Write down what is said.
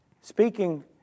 Speaking